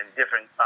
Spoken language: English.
different